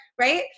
right